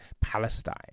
Palestine